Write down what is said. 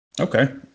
Okay